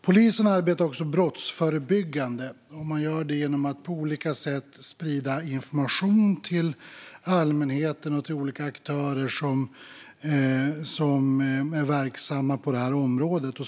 Polisen arbetar också brottsförebyggande genom att på olika sätt sprida information till allmänheten och olika aktörer som är verksamma på området.